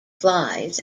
flies